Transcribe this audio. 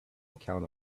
account